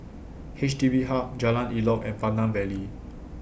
H D B Hub Jalan Elok and Pandan Valley